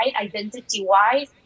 identity-wise